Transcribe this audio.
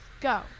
go